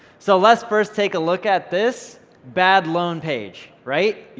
so, let's first take a look at this bad loan page, right?